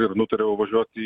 ir nutariau važiuot į